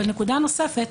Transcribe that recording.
נקודה נוספת,